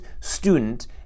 student